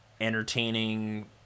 entertaining